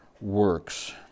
works